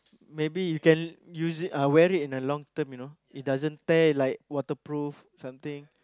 maybe you can use it wear it for the long term you know it doesn't tear like waterproof something